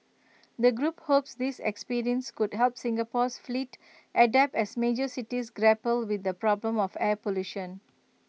the group hopes this experience could help Singapore's fleet adapt as major cities grapple with the problem of air pollution